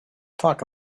talk